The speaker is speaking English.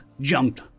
jumped